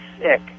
sick